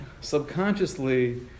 subconsciously